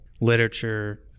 literature